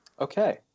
Okay